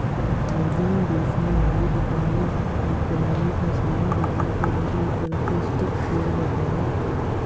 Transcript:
भोजन बेचने वाली दुकानों को किराने का सामान बेचने के रूप में प्रतिष्ठित किया जाता है